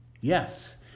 Yes